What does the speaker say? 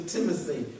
Timothy